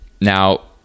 now